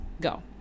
Go